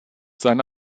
seine